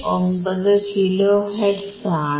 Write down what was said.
59 kilohertz ആണ്